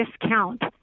discount